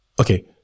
Okay